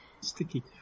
Sticky